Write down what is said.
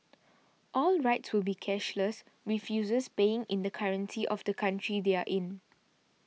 all rides will be cashless with users paying in the currency of the country they are in